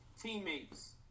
teammates